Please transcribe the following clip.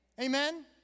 Amen